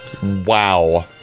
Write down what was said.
Wow